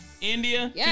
India